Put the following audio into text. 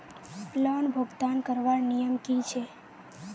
Loan भुगतान करवार नियम की छे?